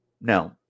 No